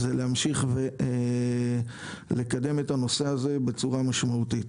זה להמשיך לקדם את הנושא הזה בצורה משמעותית.